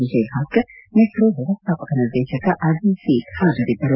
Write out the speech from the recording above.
ವಿಜಯ Bhaskar metro ವ್ಯವಸ್ಟಾಪಕ ನಿರ್ದೇಶಕ ಅಜೇಯ್ ಸೇರ್ ಹಾಜರಿದ್ದರು